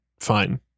fine